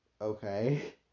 okay